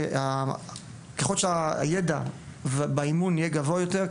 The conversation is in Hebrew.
ככל שהידע באימון יהיה גבוה יותר,